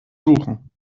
suchen